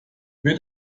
wird